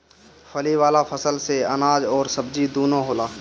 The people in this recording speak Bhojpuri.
फली वाला फसल से अनाज अउरी सब्जी दूनो होला